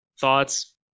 Thoughts